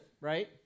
right